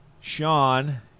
Sean